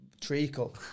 treacle